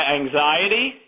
anxiety